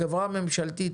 החברה הממשלתית,